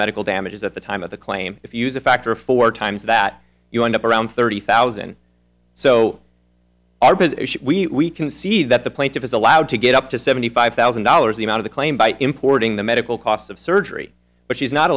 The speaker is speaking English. medical damages at the time of the claim if you use a factor of four times that you end up around thirty thousand so we can see that the plaintiff is allowed to get up to seventy five thousand dollars the amount of the claim by importing the medical costs of surgery but she's not